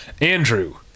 Andrew